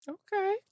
okay